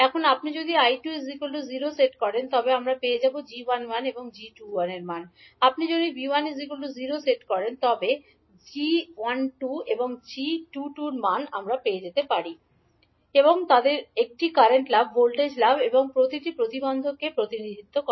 এখন আপনি যদি 𝐈2 0 সেট করেন তবে আমরা পেয়ে যাব আপনি যদি 𝐕1 0 সেট করেন তবে 𝐠11 𝐠12 𝐠21 এবং 𝐠22 প্যারামিটার যথাক্রমে একটি ভর্তি একটি কারেন্ট লাভ ভোল্টেজ লাভ এবং একটি প্রতিবন্ধকে প্রতিনিধিত্ব করে